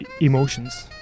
emotions